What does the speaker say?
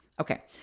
Okay